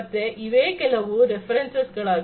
ಮತ್ತೆ ಇವೇ ಕೆಲವು ರೆಫರೆನ್ಸಸ್ ಗಳಾಗಿವೆ